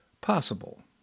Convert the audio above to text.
possible